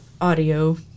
audio